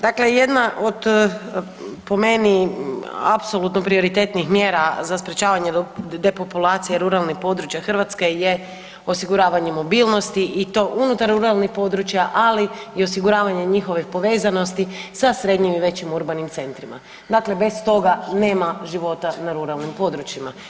Dakle, jedna od po meni apsolutno prioritetnih mjera za sprečavanje depopulacije ruralnih područja Hrvatske je osiguravanje mobilnosti i to unutar ruralnih područja, ali i osiguravanje njihove povezanosti sa srednjim i većim urbanim centrima, dakle bez toga nema života na ruralnim područjima.